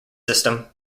system